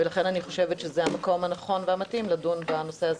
ולכן אני חושבת שזה המקום הנכון והמתאים לדון בנושא הזה.